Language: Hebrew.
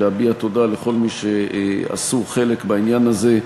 להביע תודה לכל מי שעשו ולקחו חלק בעניין הזה,